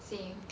same